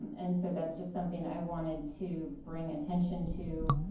and so that's just something i wanted to bring attention to